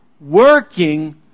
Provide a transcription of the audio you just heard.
Working